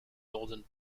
northern